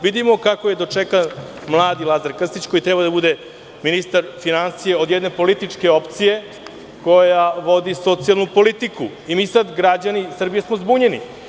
Vidimo kako je dočekan mladi Lazar Krstić, koji je trebao da bude ministar finansija, od jedne političke opcije koja vodi socijalnu politiku i sada smo mi, građani Srbije, zbunjeni.